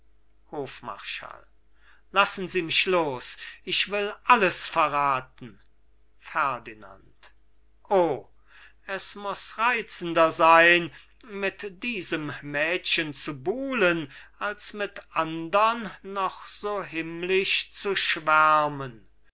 hofmarschall lassen sie mich los ich will alles verrathen ferdinand o es muß reizender sein mit diesem mädchen zu buhlen als mit andern noch so himmlisch zu